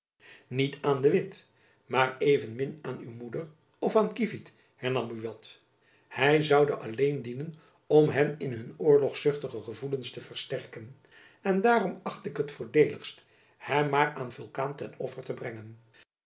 niet aan de witt maar evenmin aan uw moeder of aan kievit hernam buat hy zoude alleen dienen om hen in hun oorlogzuchtige gevoelens te versterken en daarom acht ik het voordeeligst hem maar aan vulkaan ten offer te brengen